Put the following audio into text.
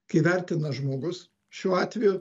kai vertina žmogus šiuo atveju